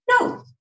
No